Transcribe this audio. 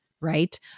right